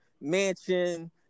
Mansion